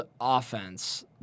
offense